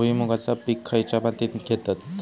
भुईमुगाचा पीक खयच्या मातीत घेतत?